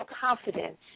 confidence